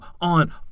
on